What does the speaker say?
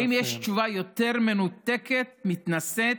האם יש תשובה יותר מנותקת ומתנשאת